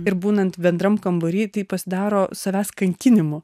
ir būnant bendram kambary pasidaro savęs kankinimu